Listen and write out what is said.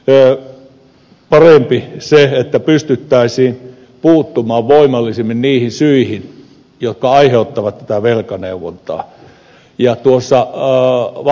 toki olisi parempi se että pystyttäisiin puuttumaan voimallisemmin niihin syihin jotka aiheuttavat tätä velkaneuvonnan tarvetta